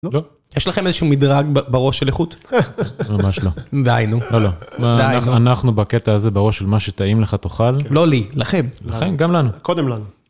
לא. יש לכם איזשהו מדרג בראש של איכות? ממש לא. די נו. לא, לא. די נו. אנחנו בקטע הזה בראש של מה שטעים לך תאכל. לא לי, לכם. לכם, גם לנו. קודם לנו.